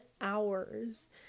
hours